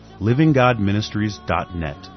livinggodministries.net